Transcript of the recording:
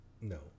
No